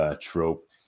trope